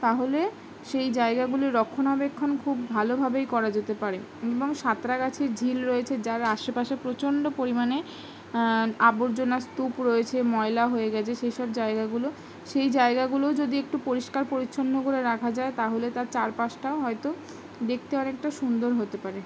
তাহলে সেই জায়গাগুলি রক্ষণাবেক্ষণ খুব ভালোভাবেই করা যেতে পারে এবং সাঁতরা গাছের ঝিল রয়েছে যার আশেপাশে প্রচণ্ড পরিমাণে আবর্জনা স্তুপ রয়েছে ময়লা হয়ে গেছে সেই সব জায়গাগুলো সেই জায়গাগুলোও যদি একটু পরিষ্কার পরিচ্ছন্ন করে রাখা যায় তাহলে তার চারপাশটাও হয়তো দেখতে অনেকটা সুন্দর হতে পারে